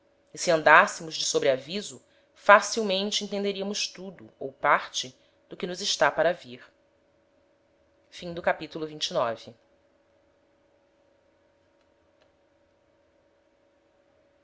e se andassemos de sobre aviso facilmente entenderiamos tudo ou parte do que nos está para vir capitulo xxx